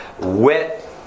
wet